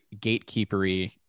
gatekeeper-y